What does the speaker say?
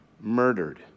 murdered